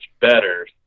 better